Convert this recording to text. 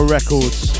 Records